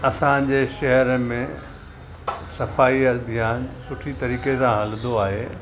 असांजे शहर में सफ़ाई अभियान सुठी तरीक़े सां हलंदो आहे